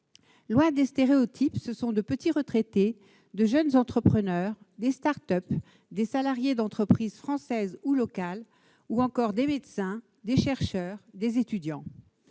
Loin des stéréotypes, ce sont de petits retraités, de jeunes entrepreneurs, des créateurs de start-up, des salariés d'entreprises françaises ou locales ou encore des médecins, des chercheurs, des étudiants